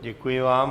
Děkuji vám.